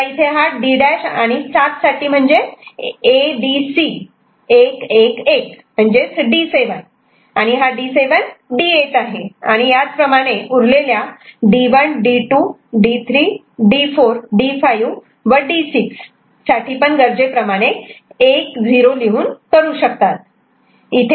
आता इथे हा D' आणि 7 साठी म्हणजे A B C 1 1 1 D7 D आणि याच प्रमाणे उरलेल्या D1 D2 D3 D4 D5 व D6 व साठी गरजेप्रमाणे 1 0 लिहून करू शकतात